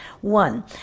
One